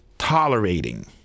tolerating